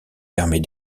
permet